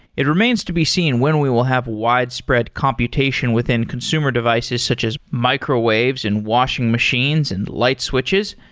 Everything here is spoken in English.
it remains to be seen when we will have widespread computation within consumer devices, such as microwaves and washing machines and light switches,